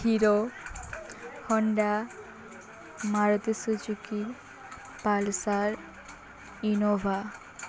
hero Honda Maruti Suzuki Pulsar Innova